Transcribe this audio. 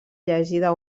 llegida